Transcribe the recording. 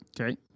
Okay